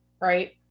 right